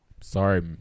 Sorry